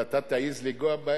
אבל אתה תעז לנגוע בהם?